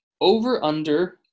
over-under